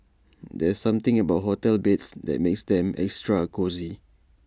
there's something about hotel beds that makes them extra cosy